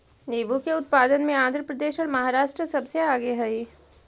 नींबू के उत्पादन में आंध्र प्रदेश और महाराष्ट्र सबसे आगे हई